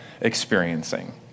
experiencing